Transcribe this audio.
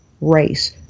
race